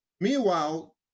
Meanwhile